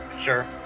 Sure